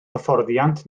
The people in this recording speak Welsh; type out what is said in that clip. hyfforddiant